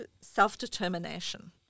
self-determination